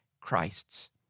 Christ's